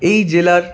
এই জেলার